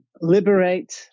Liberate